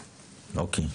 אוקיי.